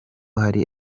hari